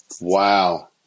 Wow